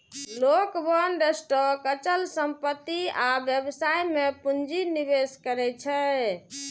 लोग bond, stock, अचल संपत्ति आ व्यवसाय मे पूंजी निवेश करै छै